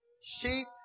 Sheep